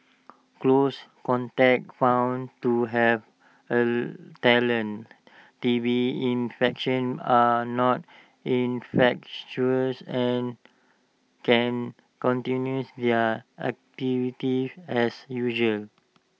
close contacts found to have latent T B infection are not infectious and can continues their activities as usual